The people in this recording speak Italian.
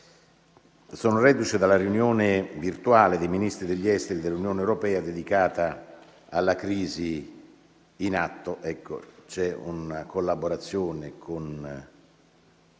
Sono reduce dalla riunione virtuale dei Ministri degli esteri dell'Unione europea dedicata alla crisi in atto. Vi è collaborazione con